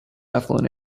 affluent